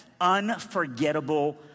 unforgettable